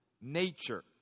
nature